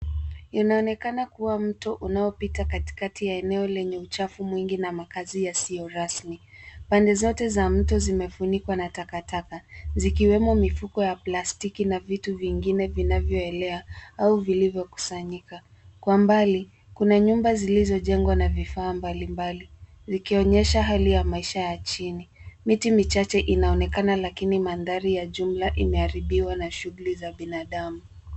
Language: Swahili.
Inaonekana kuwa mto unaopita katikati ya eneo lenye uchafu mwingi na makazi yasiyo rasmi. Pande zote za mto zimefunikwa na takataka zikiwemo mifuko ya plastiki na vitu vingine vinavyoelea au vilivyokusanyika. Kwa mbali kuna nyumba zilizojengwa na vifaa mbali mbali, zikionyesha hali ya maisha ya chini. Miti michache inaonekana lakini mandhari ya jumla imeharibiwa na shughuli za binadamu.